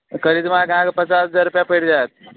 करिश्माके अहाँकेॅं पचास हजार रुपैआ पैड़ि जायत